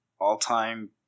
all-time